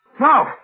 No